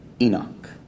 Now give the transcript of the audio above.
Enoch